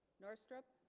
and or strip